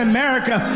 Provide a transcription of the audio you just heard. America